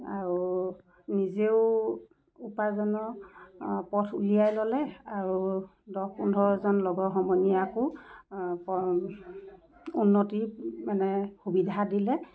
আৰু নিজেও উপাৰ্জনৰ পথ উলিয়াই ল'লে আৰু দহ পোন্ধৰজন লগৰ সমনীয়াকো উন্নতিৰ মানে সুবিধা দিলে